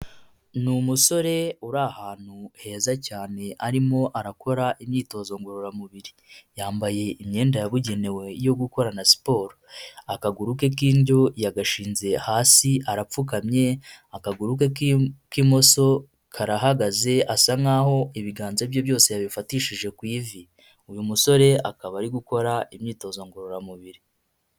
Ni umusore uri ahantu heza cyane arimo arakora imyitozo ngororamubiri. Yambaye imyenda yabugenewe yo gukorana siporo. Akaguru ke k'indyo yagashinze hasi arapfukamye, akaguru ke k'imoso karahagaze asa nkaho ibiganza bye byose yabifatishije ku ivi. Uyu musore akaba ari gukora imyitozo ngororamubiri.